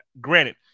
granted